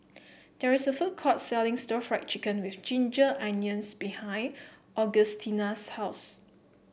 there is a food court selling stir Fry Chicken with Ginger Onions behind Augustina's house